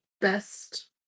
best